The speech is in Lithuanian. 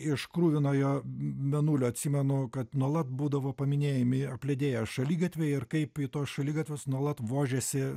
iš kruvinojo mėnulio atsimenu kad nuolat būdavo paminėjimi apledėję šaligatviai ir kaip į tuos šaligatvius nuolat vožiasi